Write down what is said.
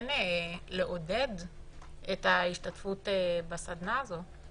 וכן לעודד את ההשתתפות בסדנה הזאת.